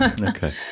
Okay